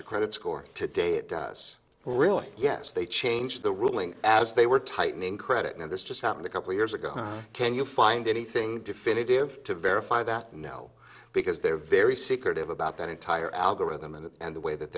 your credit score today it does really yes they changed the ruling as they were tightening credit and this just happened a couple of years ago can you find anything definitive to verify that no because they're very secretive about that entire algorithm and the way that